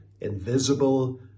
invisible